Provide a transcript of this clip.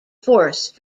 force